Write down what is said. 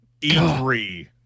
E3